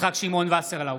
יצחק שמעון וסרלאוף,